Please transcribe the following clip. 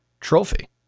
Trophy